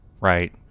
right